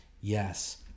Yes